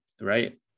right